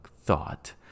thought